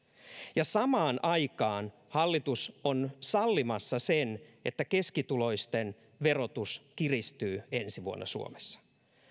samaan aikaan hallitus on sallimassa sen että keskituloisten verotus kiristyy ensi vuonna suomessa